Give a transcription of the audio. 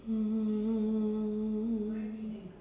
um